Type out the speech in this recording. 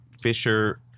fisher